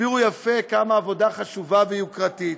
הסבירו יפה כמה העבודה חשובה ויוקרתית,